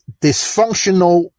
dysfunctional